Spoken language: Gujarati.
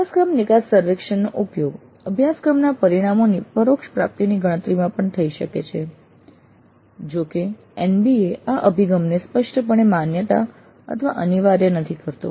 અભ્યાસક્રમ નિકાસ સર્વેક્ષણનો ઉપયોગ અભ્યાસક્રમના પરિણામોની પરોક્ષ પ્રાપ્તિની ગણતરીમાં પણ થઈ શકે છે જોકે NBA આ અભિગમને સ્પષ્ટપણે માન્યતા અથવા અનિવાર્ય નથી કરતો